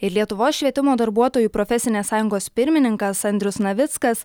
ir lietuvos švietimo darbuotojų profesinės sąjungos pirmininkas andrius navickas